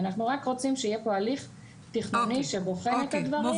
אנחנו רק רוצים שיהיה פה הליך תכנוני שבוחן את הדברים.